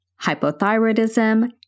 hypothyroidism